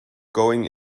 going